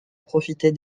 profiter